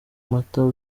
mata